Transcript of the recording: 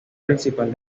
principal